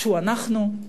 שהוא אנחנו,